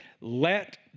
let